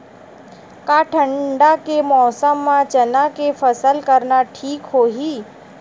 का ठंडा के मौसम म चना के फसल करना ठीक होही?